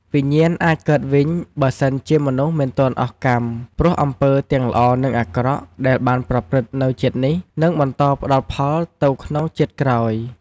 វិញ្ញាណអាចកើតវិញ បើសិនជាមនុស្សមិនទាន់អស់កម្ម ព្រោះអំពើទាំងល្អ និងអាក្រក់ ដែលបានប្រព្រឹត្តនៅជាតិនេះ នឹងបន្តផ្តល់ផលទៅក្នុងជាតិក្រោយ ។